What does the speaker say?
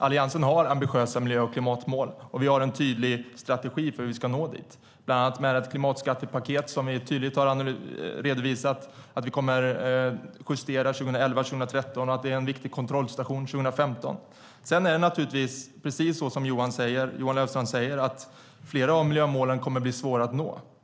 Alliansen har ambitiösa miljö och klimatmål, och vi har en tydlig strategi för hur vi ska nå dit, bland annat med hjälp av ett klimatskattepaket som vi tydligt har redovisat att vi kommer att justera 2011 och 2013 och att det är en viktig kontrollstation 2015. Sedan är det naturligtvis så som Johan Löfstrand säger: Flera av miljömålen kommer att bli svåra att nå.